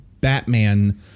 Batman